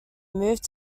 moved